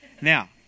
now